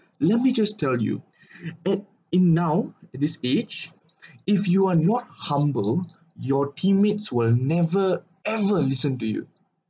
let me just tell you at in now in this age if you are not humble your teammates will never ever listen to you